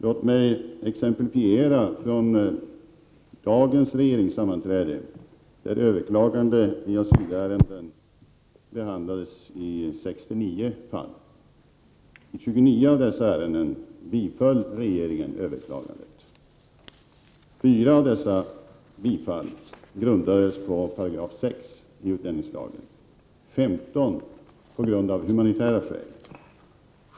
Låt mig exemplifiera från dagens regeringssammanträde, där 69 fall av överklaganden i asylärenden behandlades. I 29 av dessa ärenden biföll regeringen överklagandet. 4 av dessa bifall grundades på 6 § utlänningslagen. 15 ärenden bifölls av humanitära skäl.